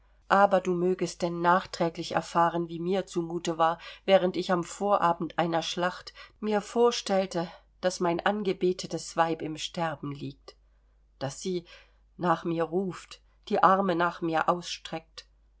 aber du mögest denn nachträglich erfahren wie mir zu mute war während ich am vorabend einer schlacht mir vorstellte daß mein angebetetes weib im sterben liegt daß sie nach mir ruft die arme nach mir ausstreckt